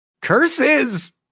Curses